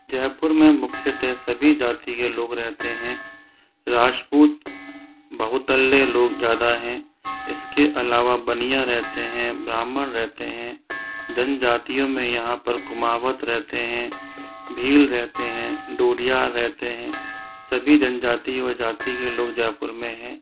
जयपुर में मुख्यतः सभी जाति के लोग रहते है राजपूत बहुतल्ले लोग ज़्यादा हैं इसके अलावा बनिया रहते है ब्राह्मण रहते है जनजाति में यहाँ पर कुमावत रहते है भील रहते है डोलिया रहते है सभी जनजाति व जाति के लोग जयपुर में है